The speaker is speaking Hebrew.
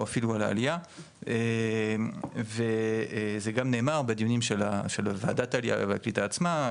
או אפילו על העלייה וזה גם נאמר בדיונים של וועדת העלייה והקליטה עצמה,